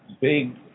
big